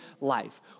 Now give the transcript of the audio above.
life